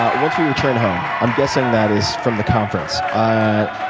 ah once we return home. i'm guessing that is from the conference. ah